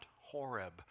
Horeb